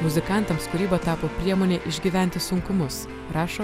muzikantams kūryba tapo priemonė išgyventi sunkumus rašo